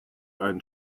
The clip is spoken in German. einen